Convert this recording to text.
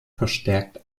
verstärkt